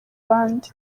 bandi